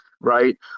right